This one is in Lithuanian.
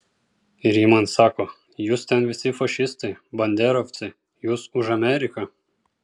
ir ji man sako jūs ten visi fašistai banderovcai jūs už ameriką